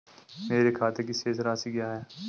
मेरे खाते की शेष राशि क्या है?